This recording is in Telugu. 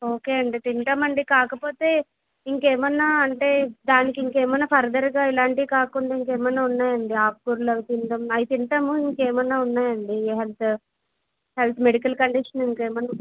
ఒకే అండి తింటామండి కాకపోతే ఇంకేమన్నా అంటే దానికి ఇంకేమన్నా ఫర్దర్గా ఇలాంటివి కాకుండా ఇంకేమన్నా ఉన్నాయండి ఆకుకూరలు అవి అవి తింటాము అయి తింటాము ఇంకేమన్నా ఉన్నాయండి ఏ హెల్త్ హెల్త్ మెడికల్ కండిషన్ ఇంకేమన్నా